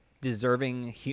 deserving